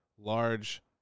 large